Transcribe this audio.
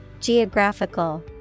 Geographical